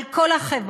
על כל החברה.